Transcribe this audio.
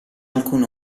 alcun